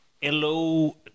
Hello